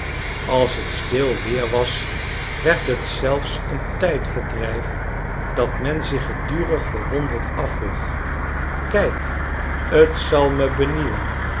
als t stil weer was werd het zelfs een tiidverdrijf dat men zich gedurig verwonderd afvroeg kijk t zal me benieuwen